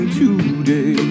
today